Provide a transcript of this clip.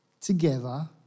together